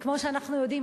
כמו שאנחנו יודעים,